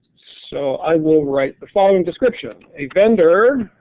so i will write the following and description. a vendor.